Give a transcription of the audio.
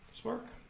smirk